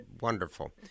wonderful